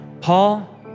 Paul